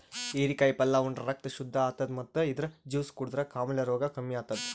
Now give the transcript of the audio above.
ಹಿರೇಕಾಯಿ ಪಲ್ಯ ಉಂಡ್ರ ರಕ್ತ್ ಶುದ್ದ್ ಆತದ್ ಮತ್ತ್ ಇದ್ರ್ ಜ್ಯೂಸ್ ಕುಡದ್ರ್ ಕಾಮಾಲೆ ರೋಗ್ ಕಮ್ಮಿ ಆತದ್